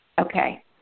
Okay